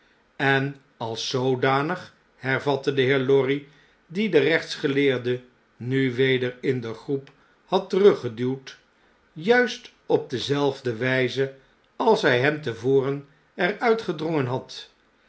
en als zoodanig hervatte de heer lorry dien de rechtsgeleerde nu weder in den groep had teruggeduwd juist op dezelfde wpe als hij hem te voren er uitgedrongen had